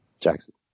Jackson